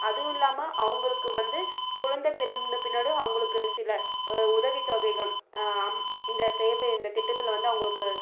அதுவும் இல்லாமல் அவங்களுக்கு வந்து குழந்தை பிறந்த பின்னாடியும் அவங்களுக்கு சில உதவி தொகைகள் இந்த சேவை இந்த திட்டத்தில் வந்து அவங்களுக்கு